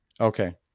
Okay